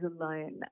alone